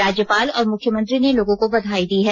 राज्यपाल और मुख्यमंत्री ने लोगों को बधाई दी है